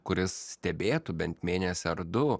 kuris stebėtų bent mėnesį ar du